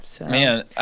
man